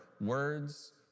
words